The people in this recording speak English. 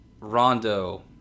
Rondo